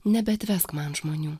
nebeatvesk man žmonių